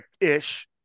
ish